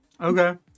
Okay